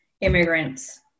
immigrants